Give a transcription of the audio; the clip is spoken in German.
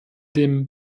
dem